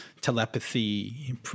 telepathy